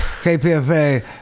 KPFA